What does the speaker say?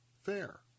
Fair